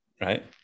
Right